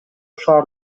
шаар